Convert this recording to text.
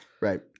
right